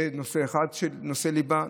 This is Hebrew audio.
זה נושא אחד שהוא נושא ליבה.